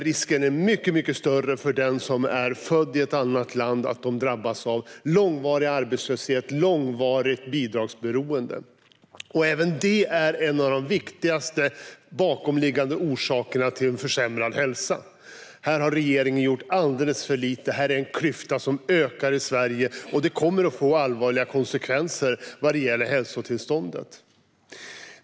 Risken är mycket större för den som är född i ett annat land att drabbas av långvarig arbetslöshet och långvarigt bidragsberoende. Även detta är en av de viktigaste bakomliggande orsakerna till en försämrad hälsa. Här har regeringen gjort alldeles för lite. Detta är en klyfta som ökar i Sverige, och det kommer att få allvarliga konsekvenser vad gäller hälsotillståndet.